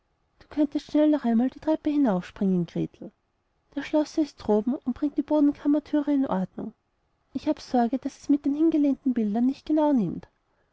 du könntest schnell noch einmal die treppe hinaufspringen gretel der schlosser ist droben und bringt die bodenkammerthüre in ordnung ich hab sorge daß er's mit den hingelehnten bildern nicht genau nimmt